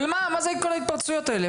כל ההתפרצויות האלה?